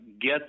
get